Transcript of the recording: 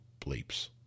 bleeps